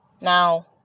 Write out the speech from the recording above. now